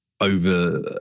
over